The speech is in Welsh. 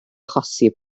achosi